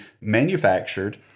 manufactured